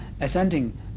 ascending